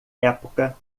época